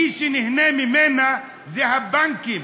מי שנהנה ממנה זה הבנקים,